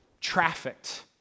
trafficked